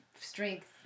strength